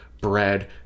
bread